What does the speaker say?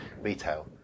retail